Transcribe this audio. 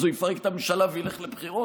אז הוא יפרק את הממשלה וילך לבחירות?